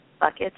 buckets